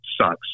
sucks